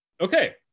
Okay